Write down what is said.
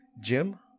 Jim